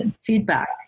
feedback